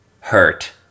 hurt